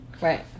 right